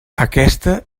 aquesta